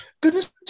Goodness